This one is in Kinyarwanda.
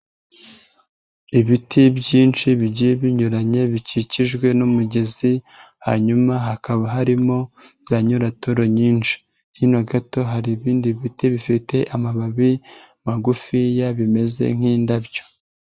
Ibiti byinshi bigiye binyuranye bikikijwe n'umugezi, hanyuma hakaba harimo za nyiratoro nyinshi. Hino gato hari ibindi biti bifite amababi magufiya bimeze nk'indabyo.